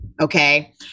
Okay